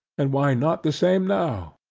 and why not the same now?